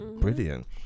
brilliant